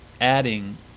adding